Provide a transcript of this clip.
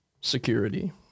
security